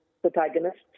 Protagonists